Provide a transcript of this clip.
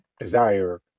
desire